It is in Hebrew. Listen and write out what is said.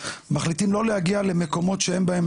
מחליטים לא להגיע למקומות שאין בהם